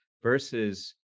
Versus